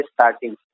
starting